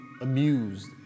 amused